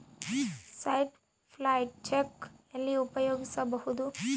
Certified cheque ಎಲ್ಲಿ ಉಪಯೋಗಿಸ್ಬೋದು?